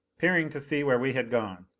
peering to see where we had gone.